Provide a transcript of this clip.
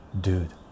dude